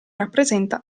rappresenta